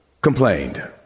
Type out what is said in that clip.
complained